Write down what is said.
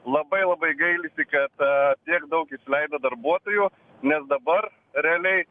labai labai gailisi kad tiek daug išleido darbuotojų nes dabar realiai